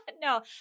No